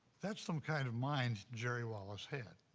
that's some kind of mind jerry wallace had.